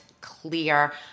clear